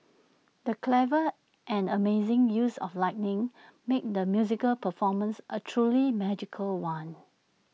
the clever and amazing use of lighting made the musical performance A truly magical one